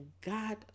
God